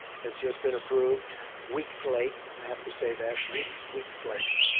has just been approved weeks late, i have to say that. weeks, weeks late.